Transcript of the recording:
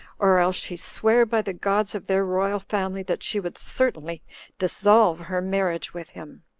or else she sware by the gods of their royal family that she would certainly dissolve her marriage with him.